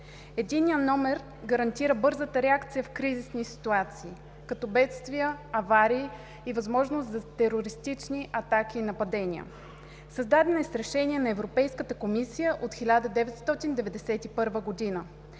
Единният номер гарантира бързата реакция в кризисни ситуации като бедствия, аварии и възможност за терористични атаки и нападения. Създаден е с решение на Европейската комисия от 1991 г.